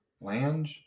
Lange